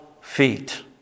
feet